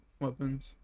weapons